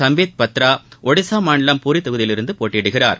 சாம்பித் பத்ரா ஒடிசா மாநிலம் பூரி தொகுதியிலிருந்து போட்டியிடுகிறார்